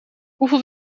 hoeveel